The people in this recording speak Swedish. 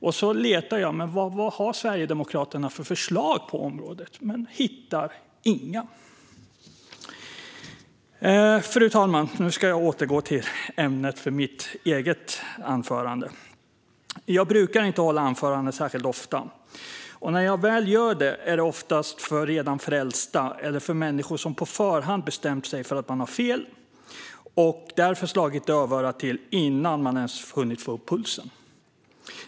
Men när jag letar efter vad Sverigedemokraterna har för förslag hittar jag inga. Fru talman! Jag brukar inte hålla anföranden särskilt ofta. Och när jag väl gör det är det oftast för redan frälsta eller för människor som på förhand bestämt sig för att jag har fel och som därför slår dövörat till innan de ens hunnit få upp pulsen.